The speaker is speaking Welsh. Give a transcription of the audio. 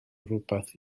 rywbeth